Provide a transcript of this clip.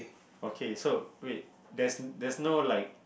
okay so wait there's there's no like